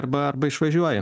arba arba išvažiuoja